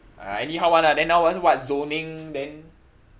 ah anyhow [one] ah then now what what zoning then